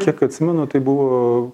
kiek atsimenu tai buvo